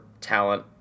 talent